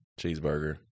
cheeseburger